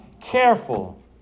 Careful